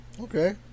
okay